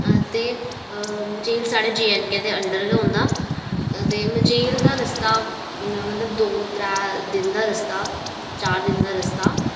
ते मचेल साढ़े J and K दे अंडर गै औंदा ते मचेल दा रस्ता मतलब दो त्रै दिन दा रस्ता ऐ चार दिन दा रस्ता